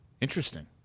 Interesting